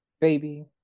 Baby